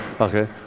Okay